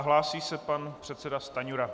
Hlásí se pan předseda Stanjura.